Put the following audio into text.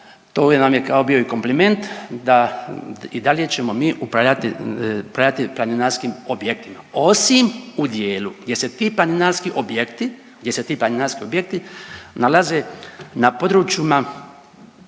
to nam je kao bio i kompliment da i dalje ćemo mi upravljati planinarskim objektima, osim u dijelu gdje se ti planinarski objekti nalaze na područjima